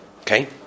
okay